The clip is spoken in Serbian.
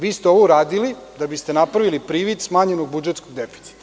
Vi ste ovo uradili da biste napravili privid smanjenog budžetskog deficita.